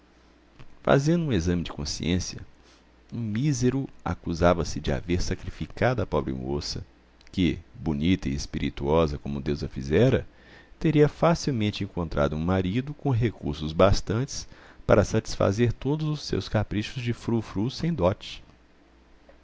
fazendo um exame de consciência o mísero acusava-se de haver sacrificado a pobre moça que bonita e espirituosa como deus a fizera teria facilmente encontrado um marido com recursos bastantes para satisfazer todos os seus caprichos de frou-frou sem dote